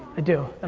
i do. and